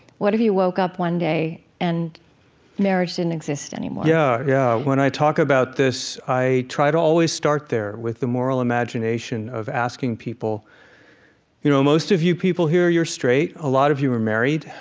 what if you woke up one day and marriage didn't exist anymore? yeah, yeah. when i talk about this, i try to always start there with the moral imagination of asking people you know most of you people here, you're straight. a lot of you are married.